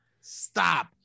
Stop